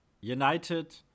United